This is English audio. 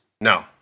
No